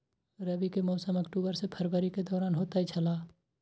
रबी के मौसम अक्टूबर से फरवरी के दौरान होतय छला